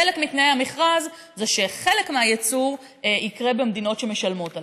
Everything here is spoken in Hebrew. חלק מתנאי המכרז זה שחלק מהייצור ייעשה במדינות שמשלמות עליו.